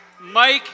Mike